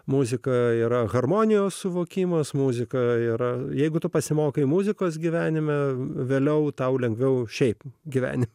muzika yra harmonijos suvokimas muzika ir jeigu tu pasimokai muzikos gyvenime vėliau tau lengviau šiaip gyvenime